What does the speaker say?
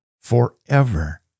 forever